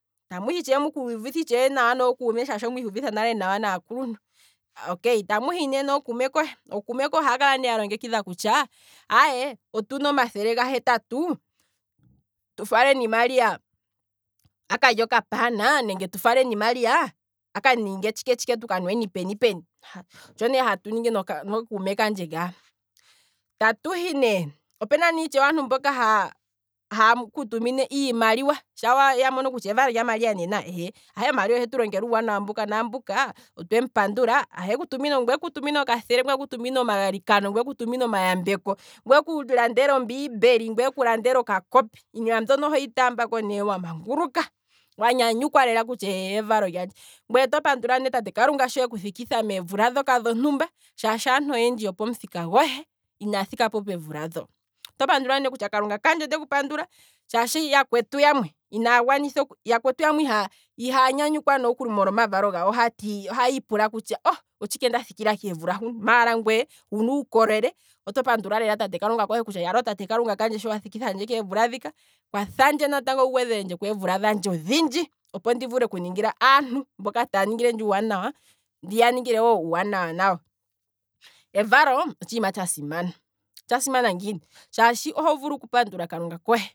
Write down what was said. Tamu hi itshewe mukiihuvithe nawa nookume shaashi omwiihuvitha nale nawa naakuluntu, okay, tamu nee nokuume kohe, ookume kohe ohaya kala ne ya longekidha kutya, aye otuna omathele gahetatu tu faleni maria akalye okapana nenge tu faleni maria akaninge tshike tshike tu kanweni peni peni, otsho ne hatu ningi nookume kandje ngaa, tatu hi ne, opena itshewe okuume kandje haya tumu iimaliwa, shaa ya mono kutya evalo lya maria nena, eeye, aye maria ohetu longele uuwanawa mbuka naambuka, ohaye kutumine ne ngwee kutumina okathele, ngwee ku tumina omagalikano, ngwee ku tumina omayambek, ngwee ku landela ombiimbeli ngweeku landela oka kopi. iinima mbyono ohoyi taambako ne wamanguluka, kutya eeye evalo lyandje, ngweye to pandula ne tate kalunga sho eku thikitha meevula dhoka dhontumba, shaashi aantu oyendji yopomuthika gohe. inaya thikapo peemvula dho, topandula ne kutya kalunga kandje ondeku pandula, yakwetu yamwe inaagwanitha, yakwetu yamwe ihaa ihaa nyanyukwa molwa omavalo gawo, ohaya ipula kutya oh, otshike nda thikila keevula huka, maala ngweye wuna uukolele oto pandula lela tate kalunga wa thika keevula dhika, kwathandje natango wu gwedheko keemvula dhandje odhindji ndi kwathele aantu mboka taya ningilendje uuwanawa ndiya ningile wo uuwanawa nayo, evalo otshiima tsha simana. otsha simana ngiini, shaashi oho vulu oku pandula kalunga kohe